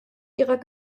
ihrer